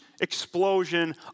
explosion